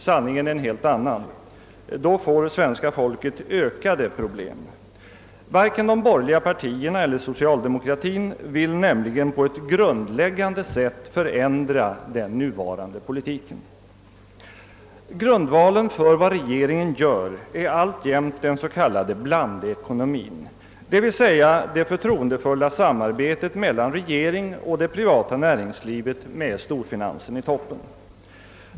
Sanningen är en helt annan: då får svenska folket ökade problem. Varken de borgerliga partierna eller socialdemokratien vill nämligen på ett grundläggande sätt förändra den nuvarande politiken. Grundvalen för vad regeringen gör är alltjämt den s.k. blandekonomien, d.v.s. det förtroendefulla samarbetet mellan regeringen och det privata näringslivet med storfinansen i toppen.